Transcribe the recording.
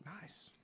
nice